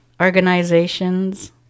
organizations